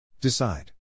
decide